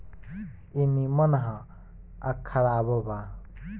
ई निमन ह आ खराबो बा